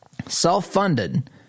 self-funded